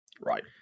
Right